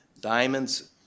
Diamonds